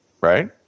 right